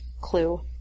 clue